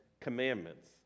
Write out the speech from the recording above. commandments